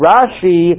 Rashi